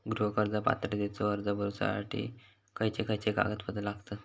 गृह कर्ज पात्रतेचो अर्ज भरुच्यासाठी खयचे खयचे कागदपत्र लागतत?